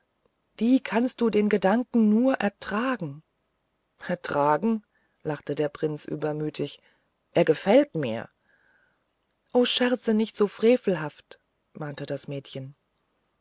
wie kannst du den gedanken nur ertragen ertragen lachte der prinz übermütig er gefällt mir o scherze nicht so frevelhaft mahnte das mädchen